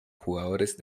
jugadores